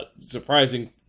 surprising